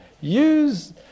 Use